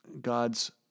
God's